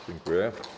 Dziękuję.